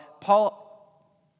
Paul